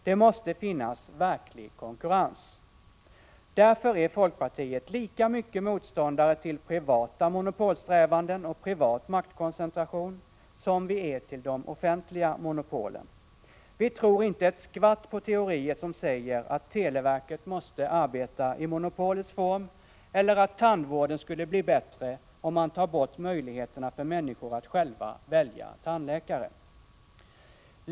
Det måste finnas verklig konkurrens. Därför är vi i folkpartiet lika mycket motståndare till privata monopolsträvanden och privat maktkoncentration som vi är till de offentliga monopolen. Vi tror inte ett skvatt på teorier som säger att televerket måste arbeta i monopolets form eller att tandvården skulle bli bättre om man tar bort möjligheterna för människor att själva välja tandläkare.